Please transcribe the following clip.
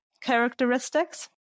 characteristics